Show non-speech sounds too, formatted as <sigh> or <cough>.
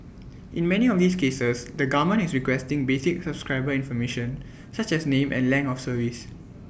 <noise> in many of these cases the government is requesting basic subscriber information such as name and length of service